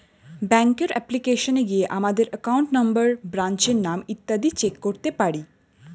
ব্যাঙ্কের অ্যাপ্লিকেশনে গিয়ে আমাদের অ্যাকাউন্ট নম্বর, ব্রাঞ্চের নাম ইত্যাদি চেক করতে পারি